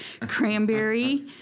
cranberry